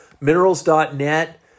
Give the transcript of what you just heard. minerals.net